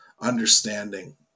understanding